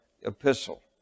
epistle